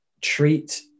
treat